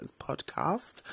podcast